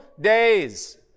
days